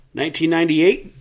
1998